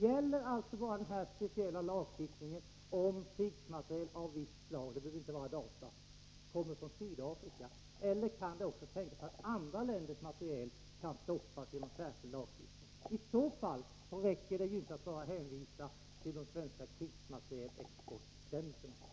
Gäller alltså den här speciella lagstiftningen bara om krigsmateriel av visst slag — det behöver inte vara datautrustning — kommer från Sydafrika? Eller kan det också tänkas att andra länders materiel kan stoppas genom särskild lagstiftning? I så fall räcker det ju inte att bara hänvisa till de svenska bestämmelserna för krigsmaterielexport.